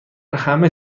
همه